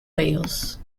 wales